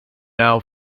now